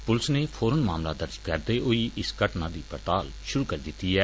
पुलस नै फौरन मामला दर्ज करने होई इस घटना दी पड़ताल शुरू करी दिती ऐ